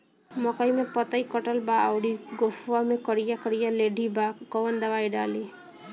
मकई में पतयी कटल बा अउरी गोफवा मैं करिया करिया लेढ़ी बा कवन दवाई डाली?